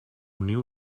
niu